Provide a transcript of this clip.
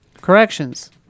Corrections